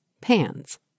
PANS